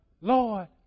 Lord